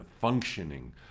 functioning